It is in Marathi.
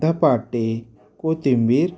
धपाटे कोथिंबीर